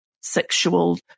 sexual